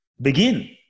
begin